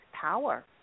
power